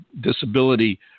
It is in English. disability